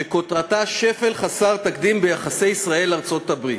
שכותרתה: "שפל חסר תקדים ביחסי ישראל ארצות-הברית".